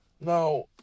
Now